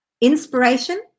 inspiration